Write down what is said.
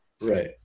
right